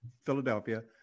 Philadelphia